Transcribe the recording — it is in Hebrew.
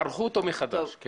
ערכו אותו מחדש.